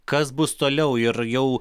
kas bus toliau ir jau